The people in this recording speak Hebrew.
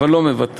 אבל לא מוותרים,